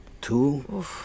Two